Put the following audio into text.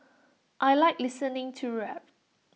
I Like listening to rap